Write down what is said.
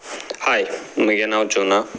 हाय म्हगे नांव जना